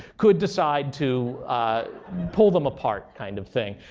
could decide to pull them apart kind of thing.